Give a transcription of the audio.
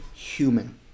Human